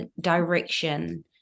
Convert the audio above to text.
direction